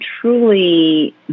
truly